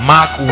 Mark